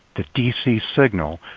the dc signal.